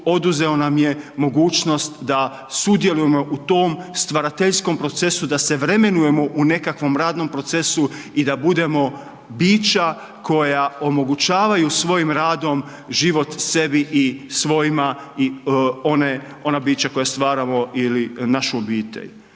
oduzeo nam je mogućnost da sudjelujemo u tom stvarateljstvom procesu da se vremenujemo u nekakvom radnom procesu i da budemo bića koja omogućavaju svojim radom život sebi i svojima i ona bića koja stvaramo ili našu obitelj.